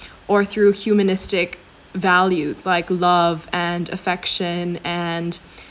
or through humanistic values like love and affection and